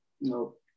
Nope